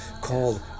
called